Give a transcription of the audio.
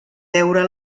veure